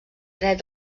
dret